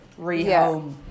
rehome